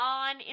on